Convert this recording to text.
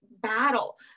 battle